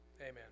Amen